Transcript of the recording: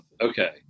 Okay